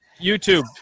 YouTube